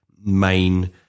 main